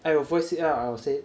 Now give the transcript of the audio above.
I will voice it out I will say